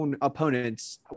opponents